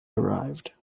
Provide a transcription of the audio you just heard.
arrived